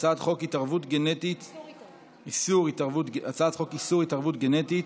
הצעת חוק איסור התערבות גנטית